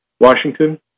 Washington